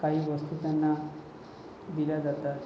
काही वस्तू त्यांना दिल्या जातात